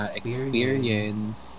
experience